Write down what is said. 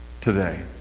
today